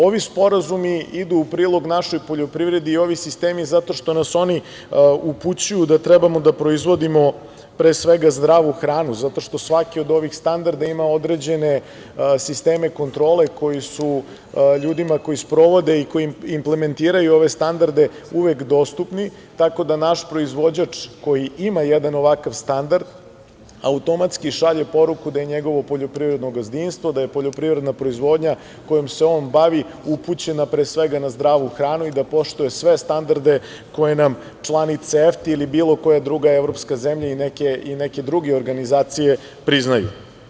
Ovi sporazumi idu u prilog našoj poljoprivredi i ovi sistemi zato što nas oni upućuju da trebamo da proizvodimo pre svega zdravu hranu, zato što svaki od ovih standarda ima određene sisteme kontrole koji su ljudima koji sprovode i koji implementiraju ove standarde uvek dostupni, tako da naš proizvođač koji ima jedan ovakav standard automatski šalje poruku da je njegovo poljoprivredno gazdinstvo, da je poljoprivreda proizvodnja kojom se on bavi upućena pre svega na zdravu hranu i da poštuje sve standarde koje nam članice EFTA ili bilo koja druga evropska zemlja i neke druge organizacije priznaju.